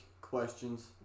questions